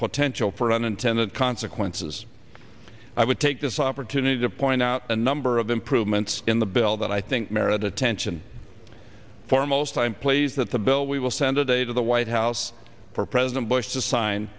potential for unintended consequences i would take this opportunity to point out a number of improvements in the bill that i think merit attention foremost i am pleased that the bill we will send a day to the white house for president bush to sign